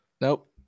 Nope